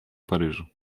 paryżu